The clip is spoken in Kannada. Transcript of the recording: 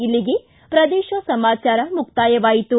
ಇಲ್ಲಿಗೆ ಪ್ರದೇಶ ಸಮಾಚಾರ ಮುಕ್ತಾಯವಾಯಿತು